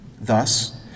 Thus